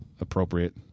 appropriate